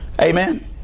Amen